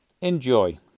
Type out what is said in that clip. Enjoy